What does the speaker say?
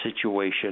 situation